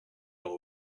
aura